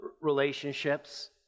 relationships